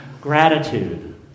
gratitude